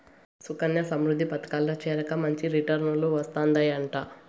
సుకన్యా సమృద్ధి పదకంల చేరాక మంచి రిటర్నులు వస్తందయంట